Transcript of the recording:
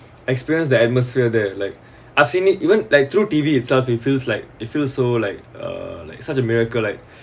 experience the atmosphere that like I've seen it isn't like through T_V itself it feels like it feels so like uh like such a miracle like